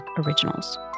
Originals